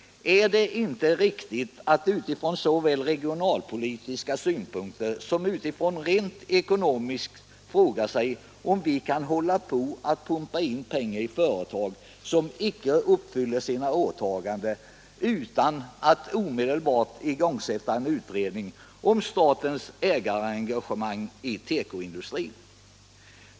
Är det inte riktigt såväl från regionalpolitiska synpunkter som från rent ekonomiska att fråga sig, om vi kan hålla på att pumpa in pengar i företag som icke uppfyller sina åtaganden, utan att omedelbart igångsätta en utredning om statens ägarengagemang i tekoindustrin?